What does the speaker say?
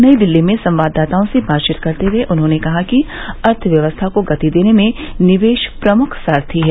नई दिल्ली में संवाददाताओं से बातचीत करते हुए उन्होंने कहा कि अर्थव्यवस्था को गति देने में निवेश प्रमुख सारथी है